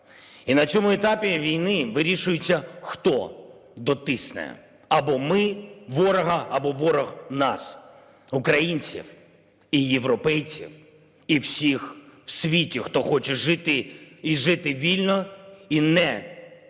І на цьому етапі війни вирішується, хто дотисне – або ми ворога, або ворог нас: українців і європейців, і всіх в світі, хто хоче жити і жити вільно, і не